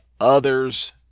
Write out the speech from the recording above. other's